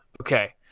okay